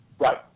Right